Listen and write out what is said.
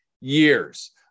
years